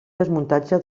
desmuntatge